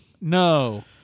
No